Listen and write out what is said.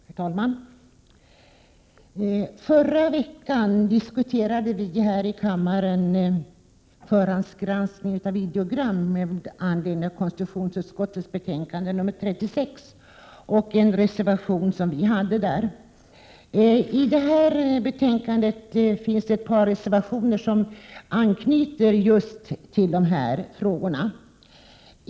Herr talman! Förra veckan diskuterade vi här i kammaren förhandsgranskning av videogram med anledning av konstitutionsutskottets betänkande nr 36 och en reservation som vi hade där. I detta betänkandet finns ett par reservationer som just anknyter till de frågorna.